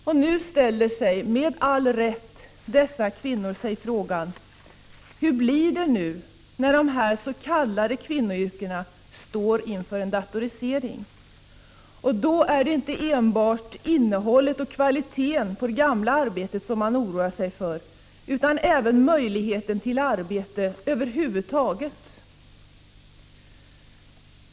Och nu ställer sig, med all rätt, dessa kvinnor frågan: Hur blir det nu när dessa s.k. kvinnoyrken står inför en datorisering? Då är det inte enbart innehållet och kvaliteten på det gamla arbetet som man oroar sig för utan även möjligheten till arbete över huvud taget.